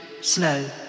slow